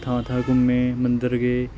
ਥਾਂ ਥਾਂ ਘੁੰਮੇ ਮੰਦਰ ਗਏ